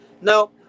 Now